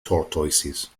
tortoises